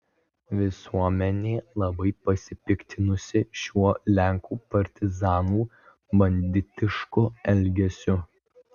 visuomenė labai pasipiktinusi šiuo lenkų partizanų banditišku elgesiu